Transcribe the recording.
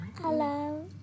Hello